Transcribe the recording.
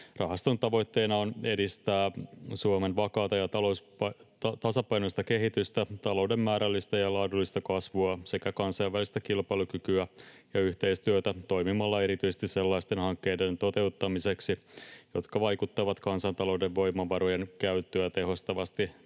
Rahaston tavoitteena on edistää Suomen vakaata ja tasapainoista kehitystä, talouden määrällistä ja laadullista kasvua sekä kansainvälistä kilpailukykyä ja yhteistyötä toimimalla erityisesti sellaisten hankkeiden toteuttamiseksi, jotka vaikuttavat kansantalouden voimavarojen käyttöä tehostavasti